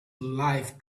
life